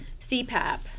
CPAP